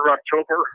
October